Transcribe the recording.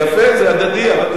יפה, זה הדדי.